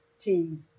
cheese